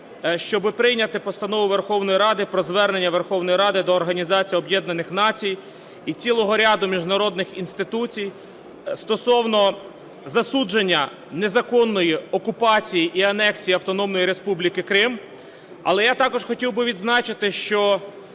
щоб прийняти Постанову Верховної Ради про Звернення Верховної Ради до Організації Об’єднаних Націй і цілого ряду міжнародних інституцій стосовно засудження незаконної окупації і анексії Автономної Республіки Крим. Але я також хотів би відзначити, що